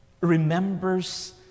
remembers